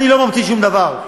אני לא ממציא שום דבר.